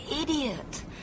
idiot